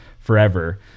forever